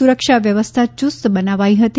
સુરક્ષા વ્યવસ્થા યુસ્ત બનાવાઇ હતી